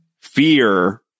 fear